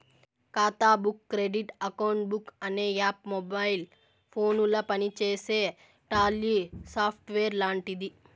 ఖాతా book credit account book అనే app mobile ఫోనుల పనిచేసే టాలీ సాఫ్ట్వేర్ లాంటిది